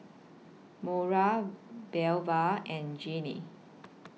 Mora Belva and Jeane